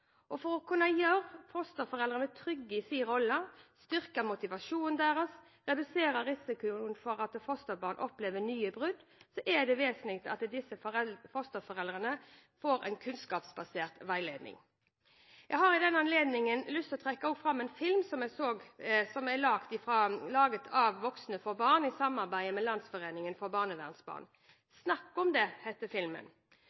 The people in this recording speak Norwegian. offentlige. For å kunne gjøre fosterforeldrene trygge i sin rolle, styrke motivasjonen deres og redusere risikoen for at fosterbarn opplever nye brudd, er det vesentlig at disse fosterforeldrene får en kunnskapsbasert veiledning. Jeg har i den anledning lyst til å trekke fram en film som er laget av Voksne for barn i samarbeid med Landsforeningen for